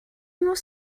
most